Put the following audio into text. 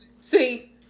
see